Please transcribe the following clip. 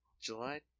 July